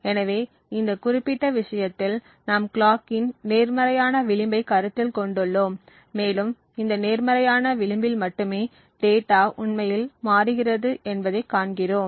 எனவே இந்த குறிப்பிட்ட விஷயத்தில் நாம் கிளாக்கின் நேர்மறையான விளிம்பைக் கருத்தில் கொண்டுள்ளோம் மேலும் இந்த நேர்மறையான விளிம்பில் மட்டுமே டேட்டா உண்மையில் மாறுகிறது என்பதைக் காண்கிறோம்